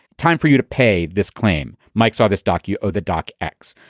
time for you to pay this claim. mike saw this doc, you owe the doc x.